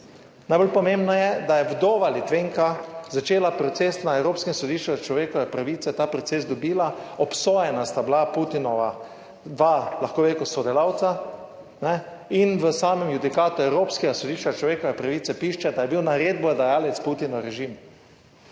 najbolj pomembno je, da je vdova Litvenka začela proces na Evropskem sodišču za človekove pravice, ta proces dobila, obsojena sta bila Putinova dva, lahko bi rekel sodelavca in v samem judikatu Evropskega sodišča za človekove pravice piše, da je bil naredbodajalec Putinov režim.